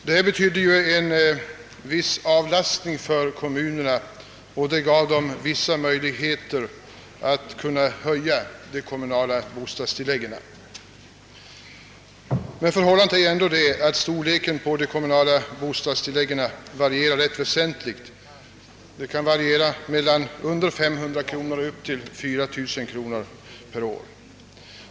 Detta betydde en viss avlastning för kommunerna och gav dem vissa möjligheter att höja de kommunala bostadstilläggen. Storleken på de kommunala bostadstilläggen varierar emellertid ändå väsentligt. Deras belopp kan skifta från mindre än 500 kronor och upp till 4 000 kronor per år.